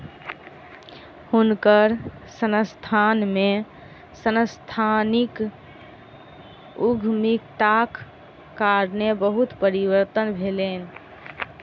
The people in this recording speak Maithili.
हुनकर संस्थान में सांस्थानिक उद्यमिताक कारणेँ बहुत परिवर्तन भेलैन